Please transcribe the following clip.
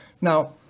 Now